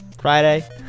Friday